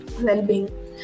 well-being